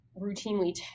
routinely